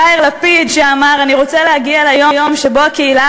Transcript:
יאיר לפיד שאמר: אני רוצה להגיע ליום שבו הקהילה